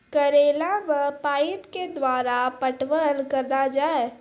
करेला मे पाइप के द्वारा पटवन करना जाए?